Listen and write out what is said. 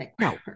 No